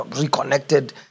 reconnected